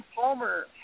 Palmer